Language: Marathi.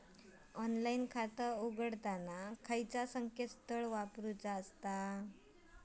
ऑनलाइन खाता उघडताना खयला ता संकेतस्थळ वापरूचा?